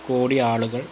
കോടി ആളുകൾ